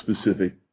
specific